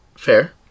Fair